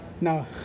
No